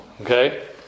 Okay